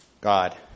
God